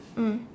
mm